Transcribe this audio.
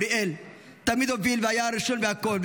אוריאל תמיד הוביל והיה הראשון בכול,